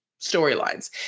storylines